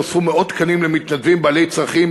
נוספו מאות תקנים למתנדבים בעלי צרכים